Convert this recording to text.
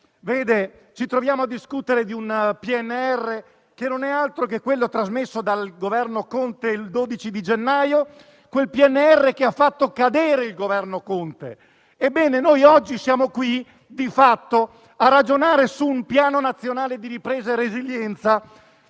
ci troviamo a discutere di un PNRR che non è altro che quello trasmesso dal Governo Conte il 12 gennaio e che lo ha fatto cadere. Ebbene, oggi siamo qui di fatto a ragionare su un Piano nazionale di ripresa e resilienza